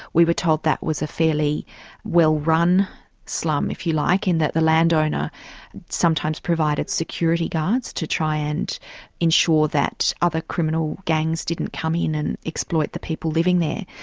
we were told that was a fairly well-run slum, if you like, in that the land owner sometimes provided security guards to try and ensure that other criminal gangs didn't come in and exploit the people living there.